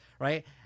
Right